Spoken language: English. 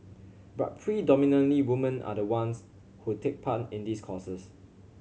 but predominantly women are the ones who take part in these courses